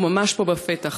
והוא ממש פה בפתח.